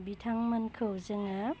बिथांमोनखौ जोङो